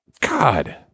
God